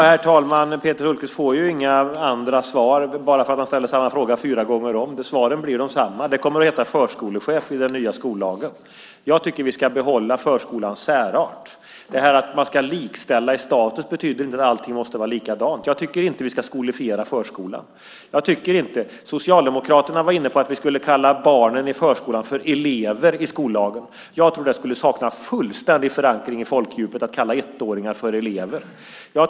Herr talman! Peter Hultqvist får inga andra svar bara för att han ställer samma fråga fyra gånger. Svaren blir desamma. Det kommer att heta förskolechef i den nya skollagen. Jag tycker att vi ska behålla förskolans särart. Att likställa i status betyder inte att allting måste vara likadant. Jag tycker inte att vi ska skolifiera förskolan. Socialdemokraterna var inne på att vi skulle kalla barnen i förskolan för elever i skollagen. Jag tror att det fullständigt saknar förankring i folkdjupet att kalla ettåringar för elever.